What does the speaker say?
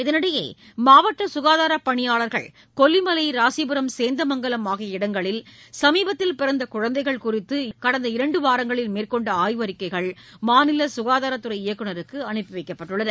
இதனிடையே மாவட்ட சுகாதாரப் பனியாளர்கள் கொல்லிமலை ராசிபுரம் சேந்தமங்கலம் ஆகிய இடங்களில் சமீபத்தில் பிறந்த குழந்தைகள் குறித்து கடந்த இரண்டு வாரங்களில் மேற்கொண்ட ஆய்வறிக்கைகள் மாநில சுகாதாரத்துறை இயக்குநருக்கு அனுப்பி வைக்கப்பட்டுள்ளன